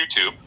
YouTube